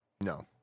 no